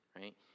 right